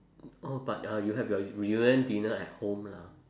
oh but uh you have your reunion dinner at home lah